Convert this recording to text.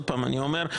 עוד פעם אני אומר,